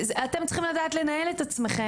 אתם צריכים לנהל את עצמכם,